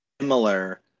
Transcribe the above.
similar